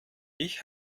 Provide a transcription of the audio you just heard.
ich